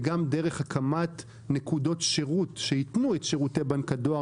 וגם דרך הקמת נקודות שירות שייתנו את שירותי בנק הדואר